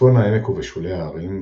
בצפון העמק ובשולי ההרים,